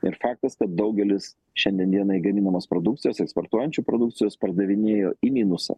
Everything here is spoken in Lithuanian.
ir faktas kad daugelis šiandien dienai gaminamos produkcijos eksportuojančių produkcijos pardavinėjo į minusą